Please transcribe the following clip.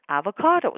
avocados